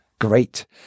Great